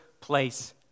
place